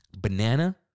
banana